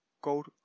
code